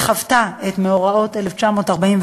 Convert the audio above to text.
והיא חוותה את מאורעות 1945,